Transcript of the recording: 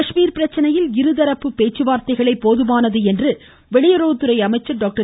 காஷ்மீர் பிரச்சனையில் இருதரப்பு பேச்சுவார்த்தைகளே போதுமானது என்று வெளியுறவுத்துறை அமைச்சர் டாக்டர்